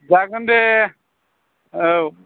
जागोन दे औ